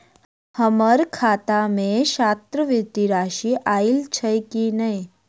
हम्मर खाता मे छात्रवृति राशि आइल छैय की नै?